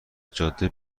جاده